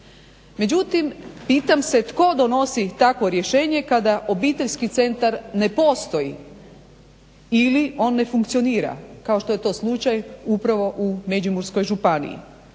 Međutim pitam se tko donosi takvo rješenje kada obiteljski centar ne postoji ili on ne funkcionira kao što je to slučaju upravo u Međimurskoj županiji?